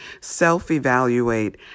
self-evaluate